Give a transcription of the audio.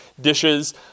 dishes